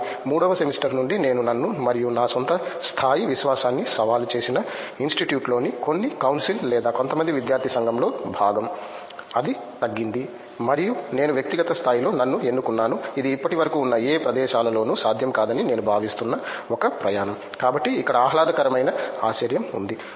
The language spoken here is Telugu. కానీ మూడవ సెమిస్టర్ నుండి నేను నన్ను మరియు నా స్వంత స్థాయి విశ్వాసాన్ని సవాలు చేసిన ఇన్స్టిట్యూట్లోని కొన్ని కౌన్సిల్ లేదా కొంతమంది విద్యార్థి సంఘంలో భాగం అది తగ్గింది మరియు నేను వ్యక్తిగత స్థాయిలో నన్ను ఎన్నుకున్నాను ఇది ఇప్పటివరకు ఉన్న ఏ ప్రదేశాలలోనూ సాధ్యం కాదని నేను భావిస్తున్న ఒక ప్రయాణం కాబట్టి ఇక్కడ ఆహ్లాదకరమైన ఆశ్చర్యం ఉంది